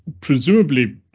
presumably